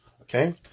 okay